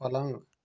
पलंग